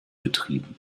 betrieben